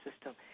system